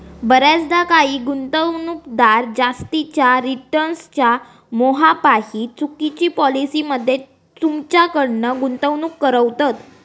बऱ्याचदा काही गुंतवणूकदार जास्तीच्या रिटर्न्सच्या मोहापायी चुकिच्या पॉलिसी मध्ये तुमच्याकडना गुंतवणूक करवतत